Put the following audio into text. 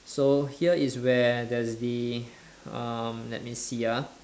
so here is where there's the um let me see ah